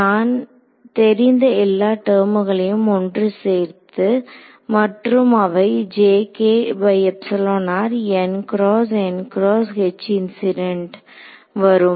நான் தெரிந்த எல்லா டெர்முகளையும் ஒன்று சேர்த்து மற்றும் அவை வரும்